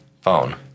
phone